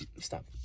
Stop